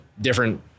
different